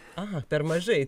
a per mažai